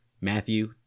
Matthew